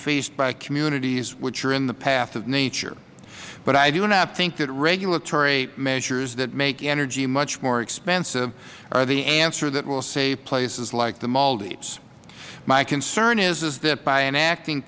faced by communities which are in the path of nature but i do not think that regulatory measures that make energy much more expensive are the answer that will save places like the maldives my concern is that by enacting